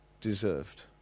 deserved